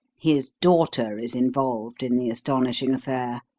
his daughter is involved in the astonishing affair.